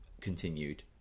continued